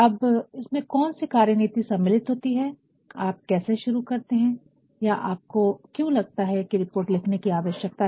अब इसमें कौन सी कार्यनीति सम्मिलित होती है आप कैसे शुरू करते है या आपको क्यों लगता है कि रिपोर्ट लिखने कि जरूरत है